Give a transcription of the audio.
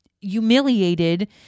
humiliated